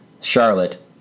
Charlotte